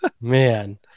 man